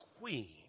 queen